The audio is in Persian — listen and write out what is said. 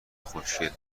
خوشگل